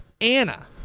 Anna